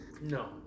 No